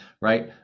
right